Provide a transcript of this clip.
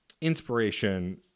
inspiration